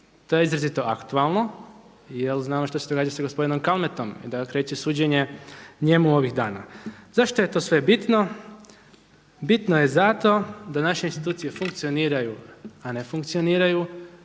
To je izrazito aktualno jer znamo šta se događa sa gospodinom Kalmetom i da kreće suđenje njemu ovih dana. Zašto je to sve bitno? Bitno je zato da naše institucije funkcioniraju, a ne funkcioniraju,